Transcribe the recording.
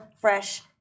fresh